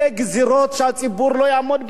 אלה גזירות שהציבור לא יעמוד בהן.